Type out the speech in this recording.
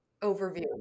overview